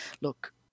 look